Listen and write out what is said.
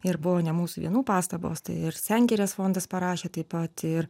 ir buvo ne mūsų vienų pastabos ir sengirės fondas parašė taip pat ir